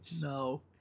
No